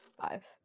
five